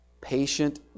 Patient